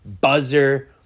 buzzer